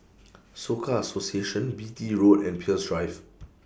Soka Association Beatty Road and Peirce Drive